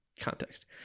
context